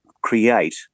create